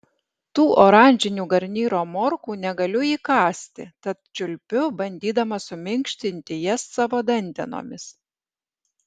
tų oranžinių garnyro morkų negaliu įkąsti tad čiulpiu bandydama suminkštinti jas savo dantenomis